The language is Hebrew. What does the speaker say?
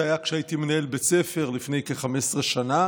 זה היה כשהייתי מנהל בית ספר לפני כ-15 שנה.